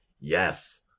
yes